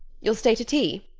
you'll stay to tea?